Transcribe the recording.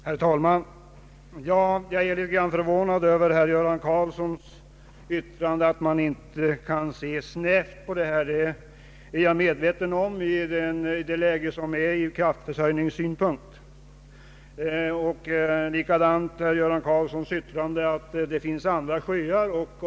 Herr talman! Jag är litet förvånad över herr Göran Karlssons yttrande. Att man inte kan se snävt på denna fråga är jag medveten om med tanke på det läge som råder från kraftförsörjningssynpunkt. Jag är också förvånad över herr Karlssons yttrande att det även finns andra sjöar än Kultsjön.